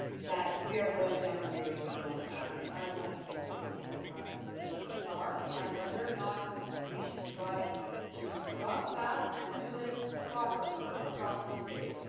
that we are going down a wrong path. and i want to see what the legal ramifications are, and whether or not we should try to stop that and do it properly with the proper debate.